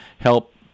help